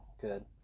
good